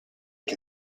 can